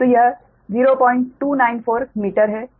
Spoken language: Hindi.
तो यह 0294 मीटर है